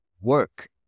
work